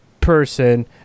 person